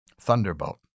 Thunderbolt